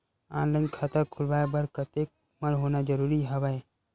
Online खाता खुलवाय बर कतेक उमर होना जरूरी हवय?